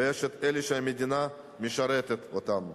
ויש אלה שהמדינה משרתת אותם.